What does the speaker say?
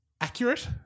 accurate